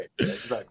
Right